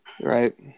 Right